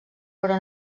però